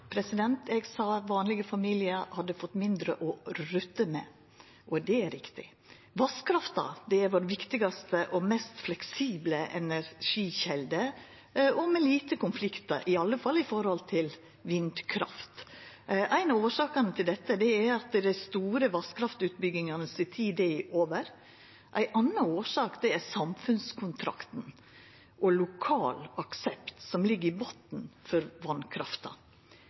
Eg sa at vanlege familiar har fått mindre å rutta med, og det er riktig. Vasskrafta er vår viktigaste og mest fleksible energikjelde, med få konfliktar knytte til seg, i alle fall i forhold til vindkrafta. Ei av årsakene til dette er at tida for dei store vasskraftutbyggingane er over. Ei anna årsak er samfunnskontrakten og lokal aksept, som ligg i botn for